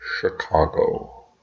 Chicago